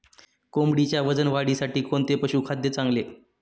कोंबडीच्या वजन वाढीसाठी कोणते पशुखाद्य चांगले?